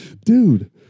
Dude